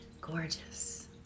Gorgeous